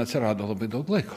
atsirado labai daug laiko